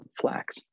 flax